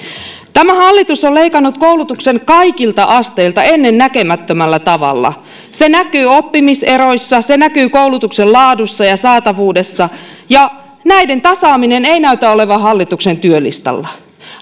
tämä hallitus on leikannut koulutuksen kaikilta asteilta ennennäkemättömällä tavalla se näkyy oppimiseroissa se näkyy koulutuksen laadussa ja saatavuudessa ja näiden tasaaminen ei näytä olevan hallituksen työlistalla